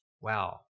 wow